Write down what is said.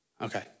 Okay